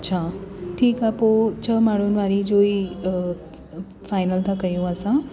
अच्छा ठीक आ पो छह माण्हुनि वारी जो ही फाइनल था कयूं असां